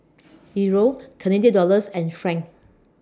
Euro Canadian Dollars and Franc